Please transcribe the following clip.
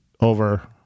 over